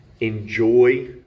Enjoy